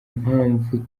mpamvu